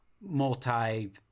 multi